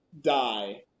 die